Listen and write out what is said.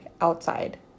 outside